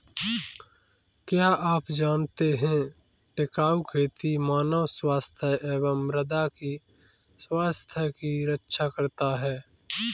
क्या आप जानते है टिकाऊ खेती मानव स्वास्थ्य एवं मृदा की स्वास्थ्य की रक्षा करता हैं?